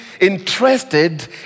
interested